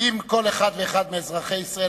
אם כל אחד ואחד מאזרחי ישראל,